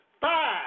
five